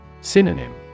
synonym